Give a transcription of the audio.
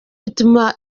bituma